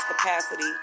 capacity